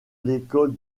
l’école